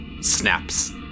snaps